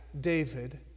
David